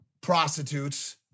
prostitutes